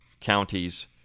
counties